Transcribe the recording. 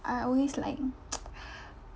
I always like